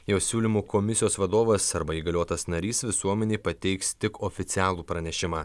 jo siūlymu komisijos vadovas arba įgaliotas narys visuomenei pateiks tik oficialų pranešimą